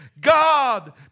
God